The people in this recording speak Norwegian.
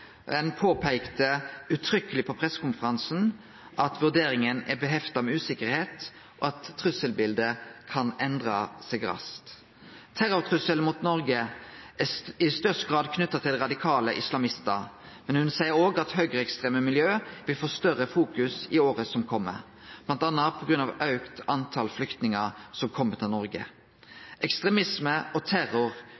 påpeikte uttrykkeleg på pressekonferansen at det heftar usikkerheit ved vurderinga, og at trusselbildet kan endre seg raskt. Terrortrusselen mot Noreg er i størst grad knytt til radikale islamistar, men PST-sjefen seier òg at høgreekstreme miljø vil få større fokus i året som kjem, bl.a. på grunn av auken i talet på flyktningar som kjem til Noreg.